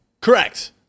Correct